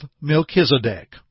Melchizedek